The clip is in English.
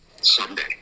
someday